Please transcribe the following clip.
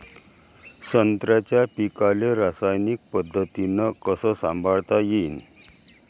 संत्र्याच्या पीकाले रासायनिक पद्धतीनं कस संभाळता येईन?